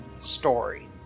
story